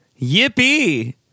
Yippee